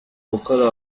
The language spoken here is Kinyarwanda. gukora